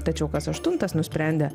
tačiau kas aštuntas nusprendė